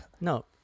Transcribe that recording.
No